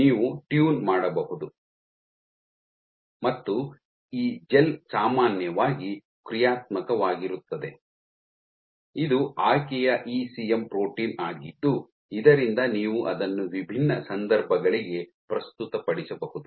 ನೀವು ಟ್ಯೂನ್ ಮಾಡಬಹುದು ಮತ್ತು ಈ ಜೆಲ್ ಸಾಮಾನ್ಯವಾಗಿ ಕ್ರಿಯಾತ್ಮಕವಾಗಿರುತ್ತದೆ ಇದು ಆಯ್ಕೆಯ ಇಸಿಎಂ ಪ್ರೋಟೀನ್ ಆಗಿದ್ದು ಇದರಿಂದ ನೀವು ಅದನ್ನು ವಿಭಿನ್ನ ಸಂದರ್ಭಗಳಿಗೆ ಪ್ರಸ್ತುತಪಡಿಸಬಹುದು